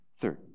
Third